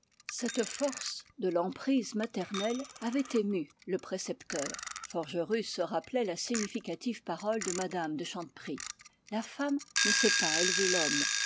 cette force de l'emprise maternelle avait ému le précepteur forgerus se rappelait la significative parole de mme de chanteprie la femme ne sait pas élever l'homme